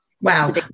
Wow